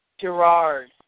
Gerard